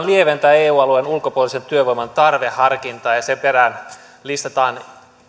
lieventää eu alueen ulkopuolisen työvoiman tarveharkintaa ja sen perään listataan